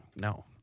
No